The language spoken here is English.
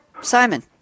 simon